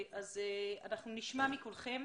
אנחנו נשמע מכולכם.